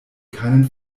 keinen